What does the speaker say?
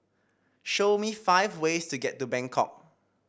show me five ways to get to Bangkok